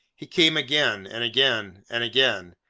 he came again, and again, and again,